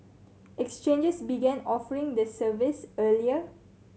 exchanges began offering the service earlier